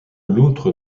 loutre